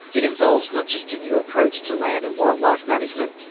it involves not just a new approach to land and wildlife management,